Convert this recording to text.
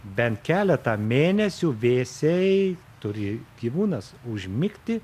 bent keletą mėnesių vėsiai turi gyvūnas užmigti